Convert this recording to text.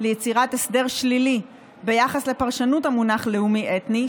ליצירת הסדר שלילי ביחס לפרשנות המונח "לאומי אתני",